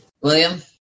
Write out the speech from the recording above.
William